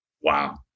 Wow